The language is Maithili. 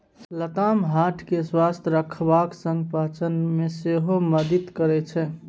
लताम हार्ट केँ स्वस्थ रखबाक संग पाचन मे सेहो मदति करय छै